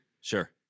Sure